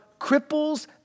cripples